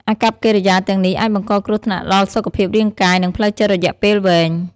អាកប្បកិរិយាទាំងនេះអាចបង្កគ្រោះថ្នាក់ដល់សុខភាពរាងកាយ និងផ្លូវចិត្តរយៈពេលវែង។